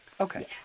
Okay